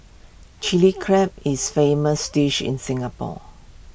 Chilli Crab is famous dish in Singapore